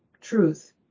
truth